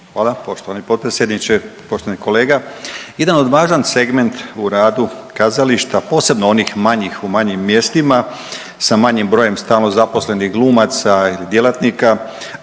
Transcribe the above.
Hvala poštovani potpredsjedniče. Poštovani kolega jedan od važan segment u radu kazališta posebno onih manjih u manjim mjestima sa manjim brojem stalno zaposlenih glumaca i djelatnika,